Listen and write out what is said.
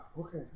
Okay